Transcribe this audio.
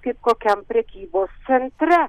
kaip kokiam prekybos centre